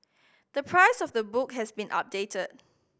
the price of the book has been updated